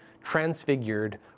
transfigured